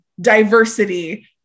diversity